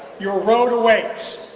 your road awaits.